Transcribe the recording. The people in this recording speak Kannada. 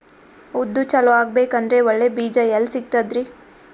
ಉದ್ದು ಚಲೋ ಆಗಬೇಕಂದ್ರೆ ಒಳ್ಳೆ ಬೀಜ ಎಲ್ ಸಿಗತದರೀ?